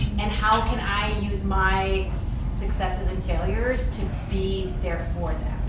and how can i use my successes and failures to be there for them.